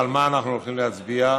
להצביע,